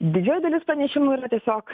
didžioji dalis pranešimų yra tiesiog